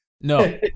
No